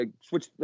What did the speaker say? switch